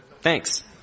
Thanks